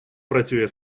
працює